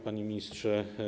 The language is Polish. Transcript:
Panie Ministrze!